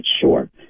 sure